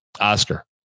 Oscar